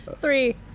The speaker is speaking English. Three